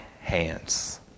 hands